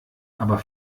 aber